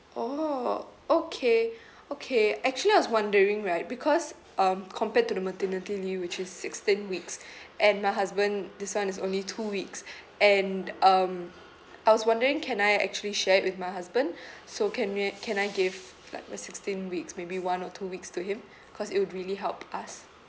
orh okay okay actually I was wondering right because um compared to the maternity leave which is sixteen weeks and my husband this [one] is only two weeks and um I was wondering can I actually share it with my husband so can may can I give like there's sixteen weeks maybe one or two weeks to him cause it would really help us